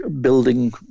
building